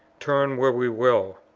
turn where we will.